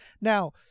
Now